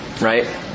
Right